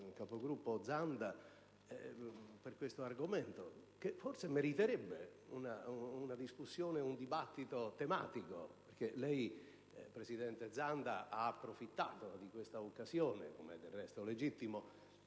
capogruppo Zanda su questo argomento, che forse meriterebbe una discussione e un dibattito tematico. Lei, presidente Zanda, ha approfittato di questa occasione, come del resto è legittimo,